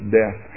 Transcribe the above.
death